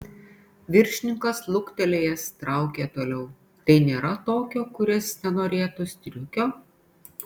viršininkas luktelėjęs traukė toliau tai nėra tokio kuris nenorėtų striukio